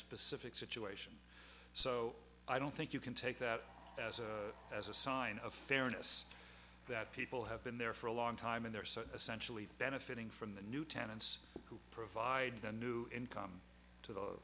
specific situation so i don't think you can take that as a sign of fairness that people have been there for a long time and they're so essential benefiting from the new tenants who provide the new income to the